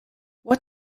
what